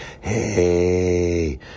Hey